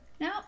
No